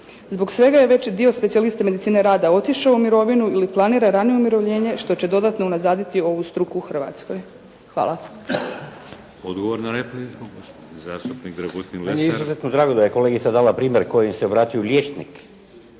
Zbog svega je veći dio specijalista medicine rada otišao u mirovinu ili planira ranije umirovljenje što će dodatno unazaditi ovu struku u Hrvatskoj.“ Hvala.